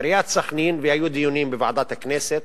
עיריית סח'נין, והיו דיונים בוועדות הכנסת,